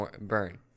burn